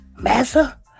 Massa